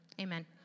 Amen